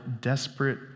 desperate